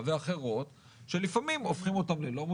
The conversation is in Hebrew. מה זה